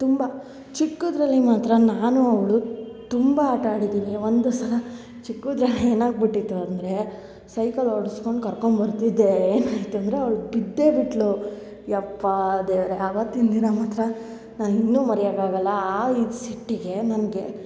ತುಂಬ ಚಿಕ್ಕದ್ರಲ್ಲಿ ಮಾತ್ರ ನಾನು ಅವಳು ತುಂಬ ಆಟ ಆಡಿದ್ದೀವಿ ಒಂದು ಸಲ ಚಿಕ್ಕುದ್ರಾಗ್ ಏನಾಗಿಬಿಟ್ಟಿತ್ತು ಅಂದರೆ ಸೈಕಲ್ ಓಡ್ಸ್ಕೊಂಡು ಕರ್ಕೊಂಬರ್ತಿದ್ದೆ ಏನಾಯಿತು ಅಂದರೆ ಅವ್ಳು ಬಿದ್ದೇ ಬಿಟ್ಟಳು ಯಪ್ಪಾ ದೇವರೇ ಅವತ್ತಿನ ದಿನ ಮಾತ್ರ ನಾ ಇನ್ನು ಮರಿಯಕ್ಕೆ ಆಗಲ್ಲ ಆ ಇದು ಸಿಟ್ಟಿಗೆ ನನಗೆ